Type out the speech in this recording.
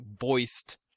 voiced